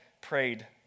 prayed